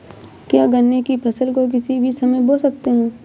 क्या गन्ने की फसल को किसी भी समय बो सकते हैं?